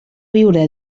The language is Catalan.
viure